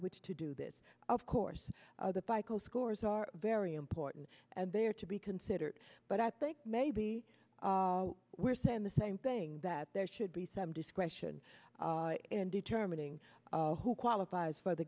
which to do this of course the baikal scores are very important and they are to be considered but i think maybe we're saying the same thing that there should be some discretion in determining who qualifies for the